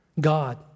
God